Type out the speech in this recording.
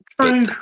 True